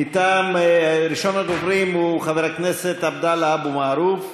ראשון הדוברים הוא חבר הכנסת עבדאללה אבו מערוף.